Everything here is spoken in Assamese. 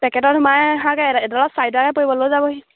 পেকেটত সোমাই অহাকৈ এডলত চাৰি টকাকৈ পৰিব লৈ যাবহি